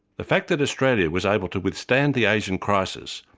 the fact that australia was able to withstand the asian crisis,